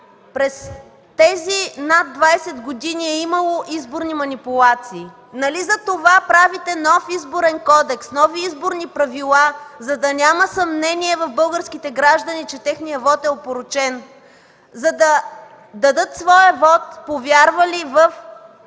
през тези над 20 години е имало изборни манипулации. Нали затова правите нов Изборен кодекс, нови изборни правила, за да няма съмнение в българските граждани, че техният вот е опорочен, за да дадат своя вот, повярвали в